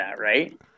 right